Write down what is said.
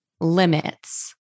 limits